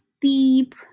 deep